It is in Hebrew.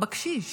בקשיש.